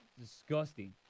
disgusting